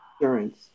insurance